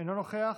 אינו נוכח,